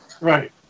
Right